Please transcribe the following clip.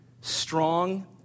strong